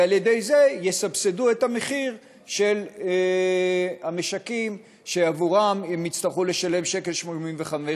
ועל-ידי זה יסבסדו את המחיר למשקים שעבורם הם יצטרכו לשלם 1.85 שקל